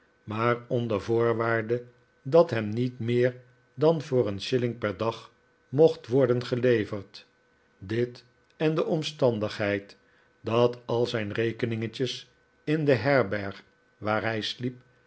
maar onder voorwaarde dat hem niet meer dan voor een shilling per dag mocht worden geleverd dit en de omstandigheid dat al zijn rekeningetjes in de herberg waar hij sliep